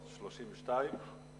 32%?